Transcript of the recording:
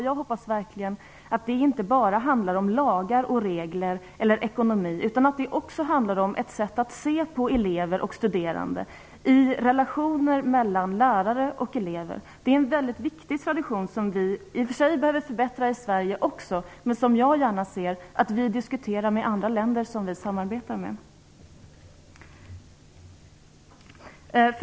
Jag hoppas verkligen att det inte bara handlar om lagar och regler eller ekonomi, utan att det också handlar om ett sätt att se på studerande i relationer mellan lärare och elever. Det är en mycket viktig tradition som vi i Sverige i och för sig också behöver förbättra. Men jag vill gärna se att vi diskuterar med andra länder som vi samarbetar med.